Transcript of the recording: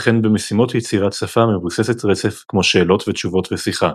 וכן במשימות יצירת שפה מבוססות רצף כמו שאלות ותשובות ושיחה.